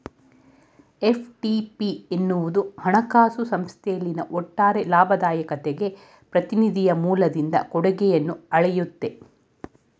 FTP ಎನ್ನುವುದು ಹಣಕಾಸು ಸಂಸ್ಥೆಯಲ್ಲಿನ ಒಟ್ಟಾರೆ ಲಾಭದಾಯಕತೆಗೆ ಪ್ರತಿನಿಧಿಯ ಮೂಲದಿಂದ ಕೊಡುಗೆಯನ್ನ ಅಳೆಯುತ್ತೆ